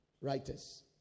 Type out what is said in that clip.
writers